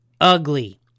Ugly